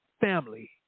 family